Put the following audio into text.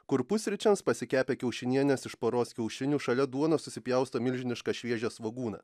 kur pusryčiams pasikepę kiaušinienės iš poros kiaušinių šalia duonos susipjausto milžinišką šviežią svogūną